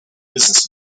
business